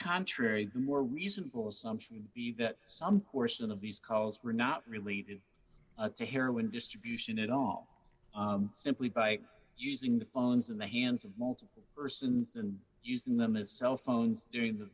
contrary the more reasonable assumption be that some course of these calls were not related to heroin distribution at all simply by using the phones in the hands of multiple persons and using them as cell phones during the